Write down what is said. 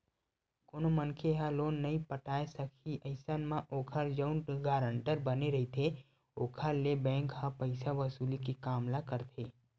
कोनो मनखे ह लोन नइ पटाय सकही अइसन म ओखर जउन गारंटर बने रहिथे ओखर ले बेंक ह पइसा वसूली के काम ल करथे